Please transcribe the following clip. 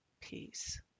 peace